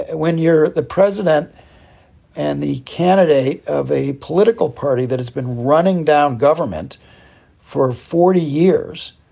when you're the president and the candidate of a political party that has been running down government for forty years,